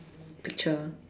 picture